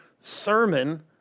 sermon